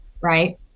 right